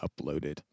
uploaded